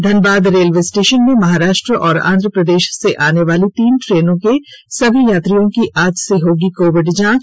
Dhanbad railway station में महाराष्ट्र और आंध्र प्रदेश से आने वाली तीन ट्रेनों के सभी यात्रियों की आज से होगी कोविड जांच